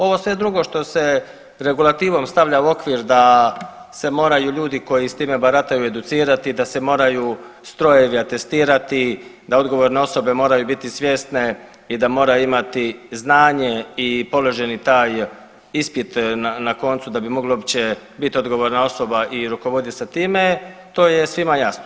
Ovo sve drugo što se regulativom stavlja u okvir da se moraju ljudi koji s time barataju educirati, da se moraju strojevi atestirati, da odgovorne osobe moraju biti svjesne i da moraju imati znanje i položeni taj ispit na koncu da bi mogli uopće biti odgovorna osoba i rukovodit se time to je svima jasno.